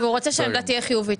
והוא רוצה שהעמדה תהיה חיובית.